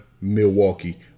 Milwaukee